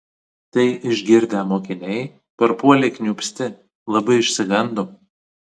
tai išgirdę mokiniai parpuolė kniūpsti labai išsigando